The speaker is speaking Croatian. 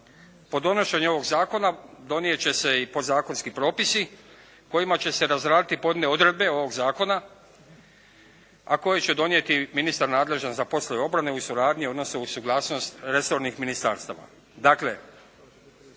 Po donošenju ovog zakona donijet će se i podzakonski propisi kojima će se razraditi pojedine odredbe ovog zakona, a koje će donijeti ministar nadležan za poslove obrane u suradnji, odnosno uz suglasnost resornih ministarstava.